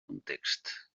context